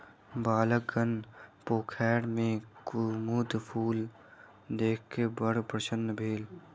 बालकगण पोखैर में कुमुद फूल देख क बड़ प्रसन्न भेल